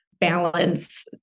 balance